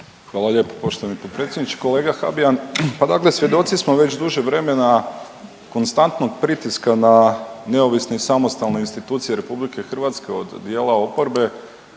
Hvala lijepo poštovani potpredsjedniče, kolega Habijan, pa dakle svjedoci smo već duže vremena konstantnog pritiska na neovisne i samostalne institucije RH od dijela oporba,